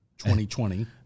2020